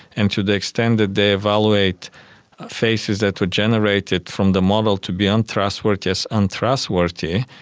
and to the extent that they evaluate faces that were generated from the model to be untrustworthy as untrustworthy,